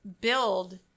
build